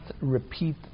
repeat